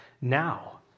now